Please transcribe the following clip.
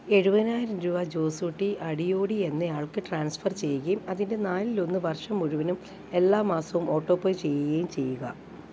എഴുപതിനായിരം രൂപ ജോസൂട്ടി അടിയോടി എന്നയാൾക്ക് ട്രാൻസ്ഫർ ചെയ്യുകയും അതിൻ്റെ നാലിലൊന്ന് വർഷം മുഴുവനും എല്ലാ മാസവും ഓട്ടോപേയ് ചെയ്യുകയും ചെയ്യുക